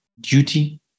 duty